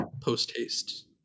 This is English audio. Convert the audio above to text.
post-haste